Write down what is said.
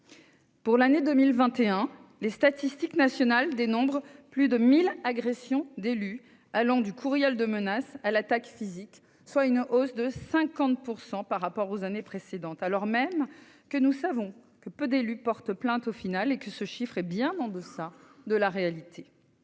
Pour l'année 2021, les statistiques nationales dénombrent plus de mille agressions d'élus, allant du courriel de menace à l'attaque physique, soit une hausse de 50 % par rapport aux années précédentes, alors même que, nous le savons, peu d'élus portent plainte. Ce chiffre est donc bien en deçà de la réalité.